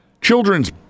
children's